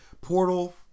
portal